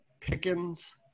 Pickens